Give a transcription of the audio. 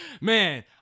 Man